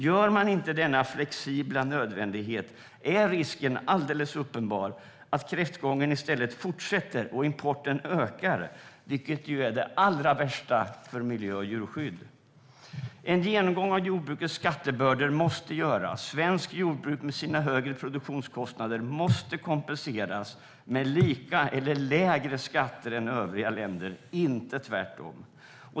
Om man inte vidtar denna flexibla nödvändighet är risken alldeles uppenbar att kräftgången i stället fortsätter och att importen ökar, vilket är det allra värsta för miljö och djurskydd. En genomgång av jordbrukets skattebördor måste göras. Svenskt jordbruk med sina högre produktionskostnader måste kompenseras med lika eller lägre skatter än övriga länder - inte tvärtom.